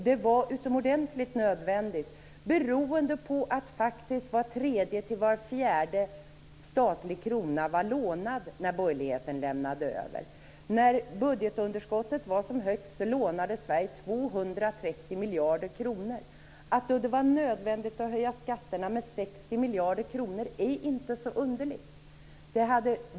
Det var utomordentligt nödvändigt beroende på att var tredje till var fjärde statlig krona faktiskt var lånad när borgerligheten lämnade över. När budgetunderskottet var som högst lånade Sverige 230 miljarder kronor. Att det då var nödvändigt att höja skatterna med 60 miljarder kronor är inte så underligt.